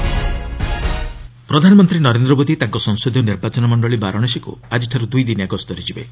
PM Varanasi ପ୍ରଧାନମନ୍ତ୍ରୀ ନରେନ୍ଦ୍ର ମୋଦି ତାଙ୍କ ସଂସଦୀୟ ନିର୍ବାଚନ ମଣ୍ଡଳି ବାରାଣସୀକୁ ଆଜିଠାରୁ ଦୁଇଦିନିଆ ଗସ୍ତରେ ଯିବେ